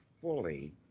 fully